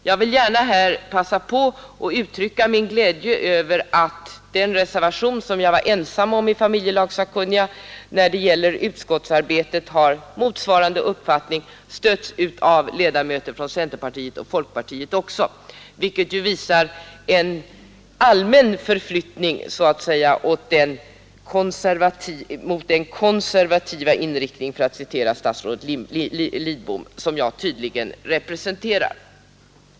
Jag vill gärna passa på att uttrycka min glädje över att den reservation som jag var ensam om i familjelagssakkunniga har fått stöd vid utskottsarbetet av ledamöter från centerpartiet och folkpartiet, vilket ju visar en allmän förflyttning enligt den ”konservativa inriktning”, för att citera statsrådet Lidbom, som jag tydligen representerar.